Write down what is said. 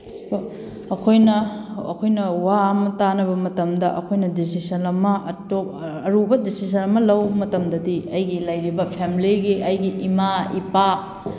ꯑꯩꯈꯣꯏꯅ ꯑꯩꯈꯣꯏꯅ ꯋꯥ ꯑꯃ ꯇꯥꯅꯕ ꯃꯇꯝꯗ ꯑꯩꯈꯣꯏꯅ ꯗꯤꯁꯤꯖꯟ ꯑꯃ ꯑꯔꯨꯕ ꯗꯤꯁꯤꯖꯟ ꯑꯃ ꯂꯧꯕ ꯃꯇꯝꯗꯗꯤ ꯑꯩꯒꯤ ꯂꯩꯔꯤꯕ ꯐꯦꯃꯦꯂꯤꯒꯤ ꯑꯩꯒꯤ ꯏꯃꯥ ꯏꯄꯥ